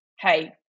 hey